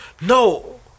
No